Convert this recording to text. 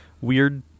weird